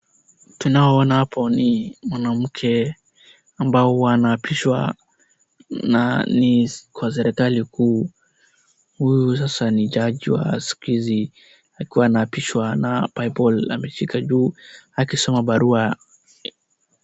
Tunao ona hapo ni mwanamke ambao huwa anaapishwa na ni kwa serikali kuu. Huyu sasa ni jaji wa siku hizi akiwa anaapishwa na bible ameshika juu akisoma barua.